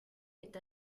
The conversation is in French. est